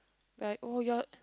like oh you're